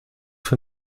für